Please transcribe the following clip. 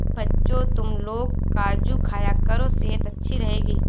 बच्चों, तुमलोग काजू खाया करो सेहत अच्छी रहेगी